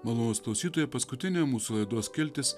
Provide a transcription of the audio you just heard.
malonūs klausytojai paskutinė mūsų laidos skiltis